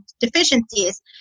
deficiencies